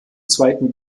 zweiten